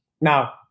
Now